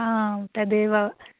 तदेव